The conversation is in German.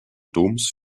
doms